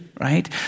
right